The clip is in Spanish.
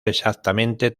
exactamente